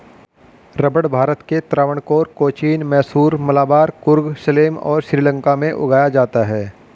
रबड़ भारत के त्रावणकोर, कोचीन, मैसूर, मलाबार, कुर्ग, सलेम और श्रीलंका में उगाया जाता है